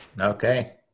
Okay